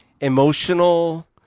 Emotional